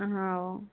ହଉ